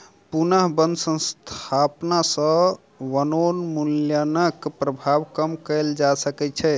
पुनः बन स्थापना सॅ वनोन्मूलनक प्रभाव कम कएल जा सकै छै